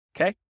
Okay